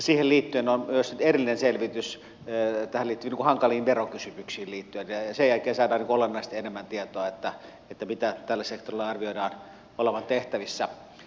siihen liittyen on myös erillinen selvitys hankaliin verokysymyksiin liittyen ja sen jälkeen saadaan olennaisesti enemmän tietoa mitä tällä sektorilla arvioidaan olevan tehtävissä